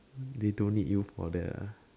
they don't need you for that ah